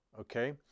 Okay